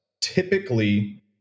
typically